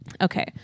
Okay